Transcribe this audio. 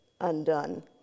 undone